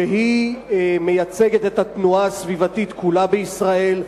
שמייצגת את התנועה הסביבתית כולה בישראל,